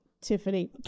Tiffany